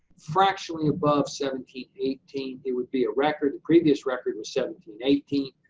fractionally, above seventeen eighteen, it would be a record, the previous record was seventeen eighteen,